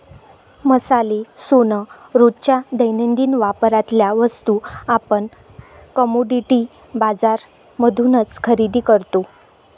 मसाले, सोन, रोजच्या दैनंदिन वापरातल्या वस्तू आपण कमोडिटी बाजार मधूनच खरेदी करतो